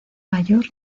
mayor